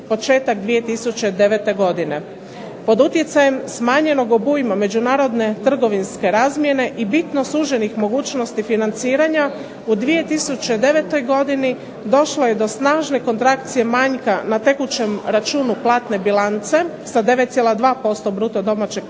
početak 2009. godine. Pod utjecajem smanjenog obujma međunarodne trgovinske razmjene i bitno suženih mogućnosti financiranja u 2009. godini došlo je do snažne kontrakcije manjka na tekućem računu platne bilance sa 9,2% bruto domaćeg proizvoda